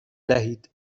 دهید